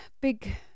big